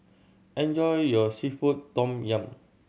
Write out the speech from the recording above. enjoy your seafood tom yum